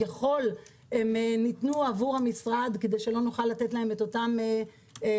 הם ניתנו עבור המשרד כדי שלא נוכל לתת להם אותם קנסות.